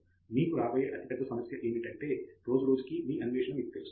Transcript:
మీకు రాబోయే అతిపెద్ద సమస్య ఏమిటంటే రోజు రోజుకి మీ అన్వేషణ మీకు తెలుసు